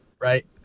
Right